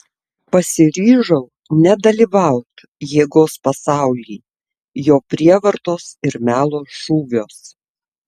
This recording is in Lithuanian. pasiryžau nedalyvaut jėgos pasauly jo prievartos ir melo šūviuos